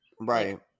right